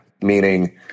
meaning